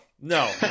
No